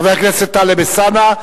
חבר הכנסת טלב אלסאנע.